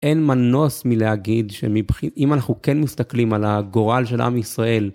אין מנוס מלהגיד שאם אנחנו כן מסתכלים על הגורל של עם ישראל...